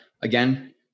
Again